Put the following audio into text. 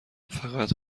فقط